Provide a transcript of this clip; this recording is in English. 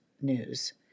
News